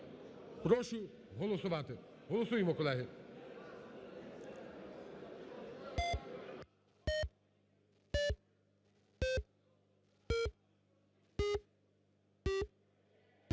прошу голосувати. Голосуємо, колеги.